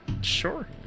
Sure